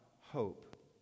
hope